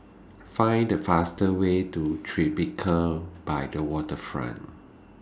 Find The fastest Way to Tribeca By The Waterfront